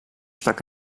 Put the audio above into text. stak